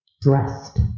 dressed